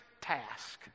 task